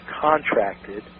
contracted